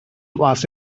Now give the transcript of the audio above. was